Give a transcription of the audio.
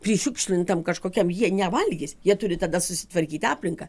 prišiukšlintam kažkokiam jie nevalgys jie turi tada susitvarkyt aplinką